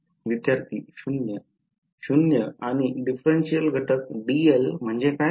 विद्यार्थी 0 0 आणि differentil घटक dl म्हणजे काय